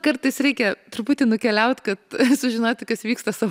kartais reikia truputį nukeliaut kad sužinoti kas vyksta sa